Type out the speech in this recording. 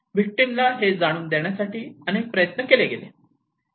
victim ना हे जाणवून देण्यासाठी अनेक प्रयत्न केले गेले